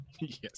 Yes